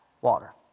Water